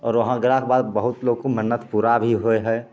आओर वहाँ गेलाके बाद बहुत लोगके मन्नत पूरा भी होइ है